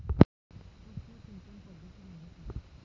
सूक्ष्म सिंचन पद्धती म्हणजे काय?